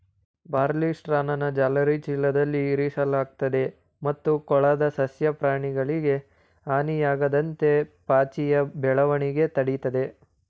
ಬಾರ್ಲಿಸ್ಟ್ರಾನ ಜಾಲರಿ ಚೀಲದಲ್ಲಿ ಇರಿಸಲಾಗ್ತದೆ ಮತ್ತು ಕೊಳದ ಸಸ್ಯ ಪ್ರಾಣಿಗಳಿಗೆ ಹಾನಿಯಾಗದಂತೆ ಪಾಚಿಯ ಬೆಳವಣಿಗೆ ತಡಿತದೆ